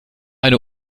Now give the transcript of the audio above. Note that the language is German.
eine